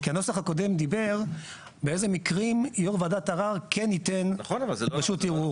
כי הנוסח הקודם דיבר באיזה מקרים יו"ר ועדת ערר כן ייתן רשות ערעור.